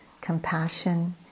compassion